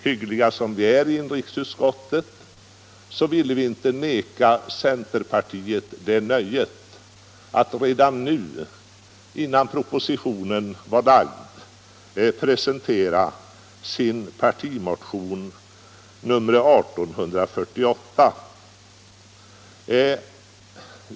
Hyggliga som vi är i inrikesutskottet ville vi inte neka centerpartiet nöjet att redan nu, innan propositionen framlagts, presentera sin partimotion, nr 1848.